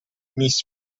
miss